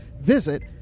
visit